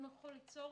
אם נוכל ליצור